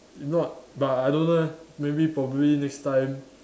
if not but I don't know leh maybe probably next time